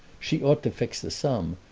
she ought to fix the sum,